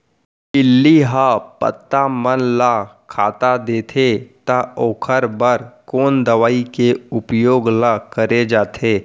इल्ली ह पत्ता मन ला खाता देथे त ओखर बर कोन दवई के उपयोग ल करे जाथे?